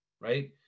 right